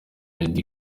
eddy